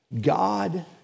God